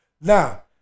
now